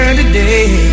today